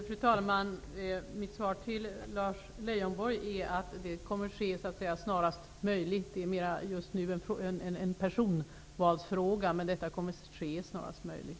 Fru talman! Mitt svar till Lars Leijonborg är att den kommer att ske snarast möjligt. Just nu är det mer en personvalsfråga.